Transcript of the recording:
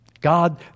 God